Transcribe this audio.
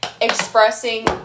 expressing